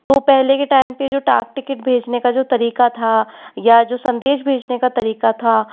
तो पहले के टाइम पर जो डाक टिकट भेजने का जो तरीका था या जो संदेश भेजने का तरीका था